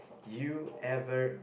you ever